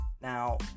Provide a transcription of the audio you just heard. Now